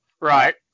Right